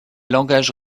langages